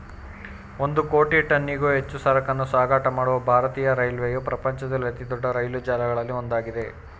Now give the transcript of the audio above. ಒಂದು ಕೋಟಿ ಟನ್ನಿಗೂ ಹೆಚ್ಚು ಸರಕನ್ನೂ ಸಾಗಾಟ ಮಾಡುವ ಭಾರತೀಯ ರೈಲ್ವೆಯು ಪ್ರಪಂಚದಲ್ಲಿ ಅತಿದೊಡ್ಡ ರೈಲು ಜಾಲಗಳಲ್ಲಿ ಒಂದಾಗಿದೆ